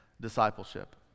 discipleship